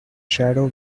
shadow